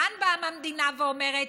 כאן באה המדינה ואומרת: